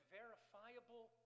verifiable